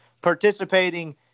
participating